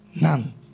none